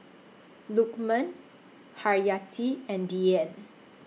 Lukman Haryati and Dian